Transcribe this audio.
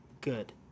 good